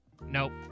Nope